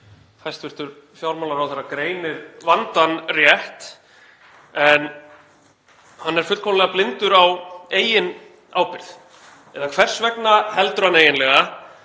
honum. Hæstv. fjármálaráðherra greinir vandann rétt en hann er fullkomlega blindur á eigin ábyrgð, eða hvers vegna heldur hann eiginlega